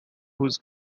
whose